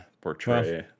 portray